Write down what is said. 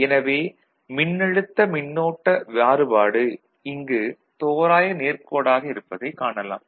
எனவே மின்னழுத்த மின்னோட்ட மாறுபாடு இங்கு தோராய நேர்க் கோடாக இருப்பதைக் காணலாம்